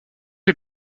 les